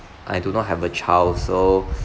I do not have a child so